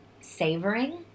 savoring